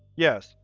yes,